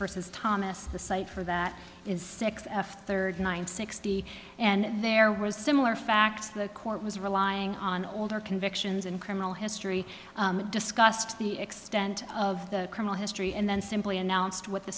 versus thomas the cite for that is six f thirty nine sixty and there was similar facts the court was relying on older convictions in criminal history discussed the extent of the criminal history and then simply announced what the